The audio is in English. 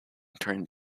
turned